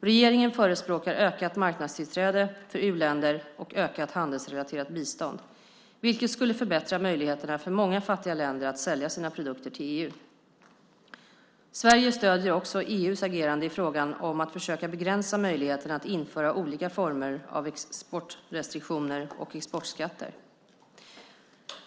Regeringen förespråkar ökat marknadstillträde för u-länder och ökat handelsrelaterat bistånd, vilket skulle förbättra möjligheterna för många fattiga länder att sälja sina produkter till EU. Sverige stöder också EU:s agerande i frågan om att försöka begränsa möjligheterna att införa olika former av exportrestriktioner och exportskatter.